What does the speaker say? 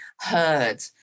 heard